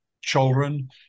children